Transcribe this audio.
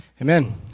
Amen